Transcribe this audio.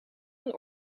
een